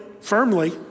firmly